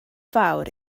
fawr